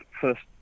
first